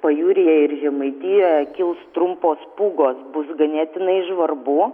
pajūryje ir žemaitijoje kils trumpos pūgos bus ganėtinai žvarbu